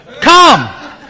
Come